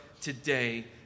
today